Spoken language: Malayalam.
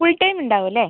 ഫുൾ ടൈം ഉണ്ടാവില്ലേ